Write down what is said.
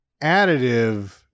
additive